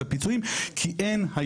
הפיצויים כאשר המטופל עובר לעולם שכולו טוב.